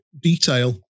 detail